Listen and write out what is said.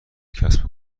کسب